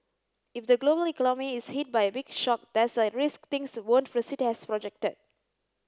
if the global economy is hit by a big shock there's a risk things won't proceed as projected